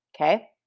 okay